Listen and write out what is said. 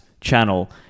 channel